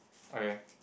okay